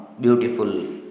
beautiful